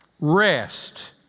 rest